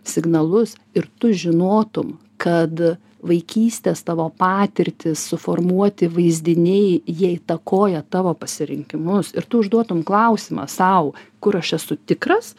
signalus ir tu žinotum kad vaikystės tavo patirtys suformuoti vaizdiniai jie įtakoja tavo pasirinkimus ir tu užduotum klausimą sau kur aš esu tikras